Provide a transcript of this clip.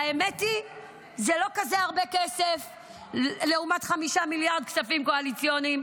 האמת היא שזה לא כל כך הרבה כסף לעומת 5 מיליארד כספים קואליציוניים.